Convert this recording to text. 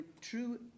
true